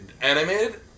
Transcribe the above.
Animated